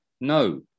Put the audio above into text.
No